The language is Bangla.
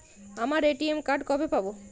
আমার এ.টি.এম কার্ড কবে পাব?